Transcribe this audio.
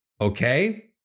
okay